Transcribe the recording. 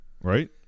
Right